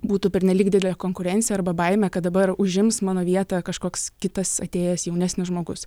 būtų pernelyg didelė konkurencija arba baimė kad dabar užims mano vietą kažkoks kitas atėjęs jaunesnis žmogus